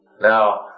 Now